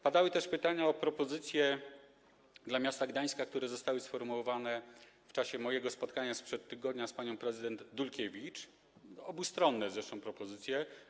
Padały też pytania o propozycje dla miasta Gdańska, które zostały sformułowane w czasie mojego spotkania sprzed tygodnia z panią prezydent Dulkiewicz, zresztą obustronne propozycje.